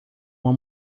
uma